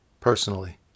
personally